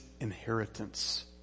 inheritance